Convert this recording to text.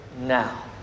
now